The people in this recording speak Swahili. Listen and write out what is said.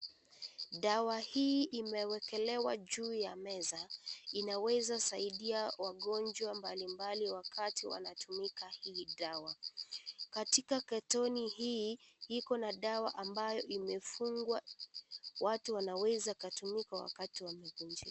Dawa hii imewekelewa juu ya meza. Inaweza saidia wagonjwa mbalimbali wakati wanatumika hii dawa. Katika katoni hii, Iko na dawa ambayo imefungwa, watu wanaweza wakatumia wakati wamegonjeka.